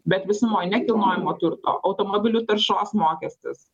bet visumoj nekilnojamo turto automobilių taršos mokestis